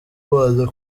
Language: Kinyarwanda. abanza